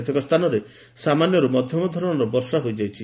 କେତେକ ସ୍ତାନରେ ସାମାନ୍ୟରୁ ମଧ୍ଧମ ଧରଣର ବର୍ଷା ହୋଇଯାଇଛି